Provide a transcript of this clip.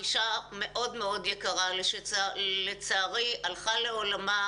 אישה מאוד מאוד יקרה לי שלצערי הלכה לעולמה